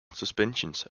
suspensions